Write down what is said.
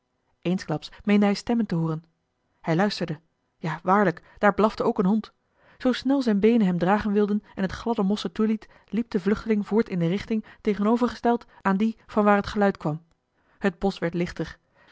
eensklaps meende hij stemmen te hooren hij luisterde ja waarlijk daar blafte ook een hond zoo snel zijne beenen hem dragen wilden en het gladde mos het toeliet liep de vluchteling voort in de richting tegenovergesteld aan die van waar het geluid kwam het bosch werd lichter